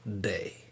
day